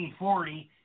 1940